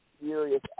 Serious